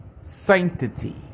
Sanctity